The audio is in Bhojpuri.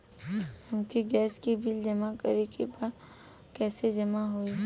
हमके गैस के बिल जमा करे के बा कैसे जमा होई?